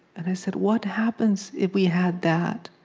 and i said, what happens if we had that?